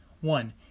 One